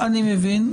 אני מבין.